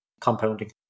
compounding